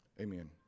Amen